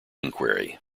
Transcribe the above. enquiry